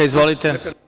Izvolite.